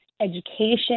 education